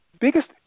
biggest